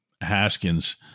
Haskins